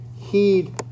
heed